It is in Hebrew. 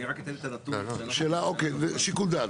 אני רק אתן את הנתון --- שיקול דעת,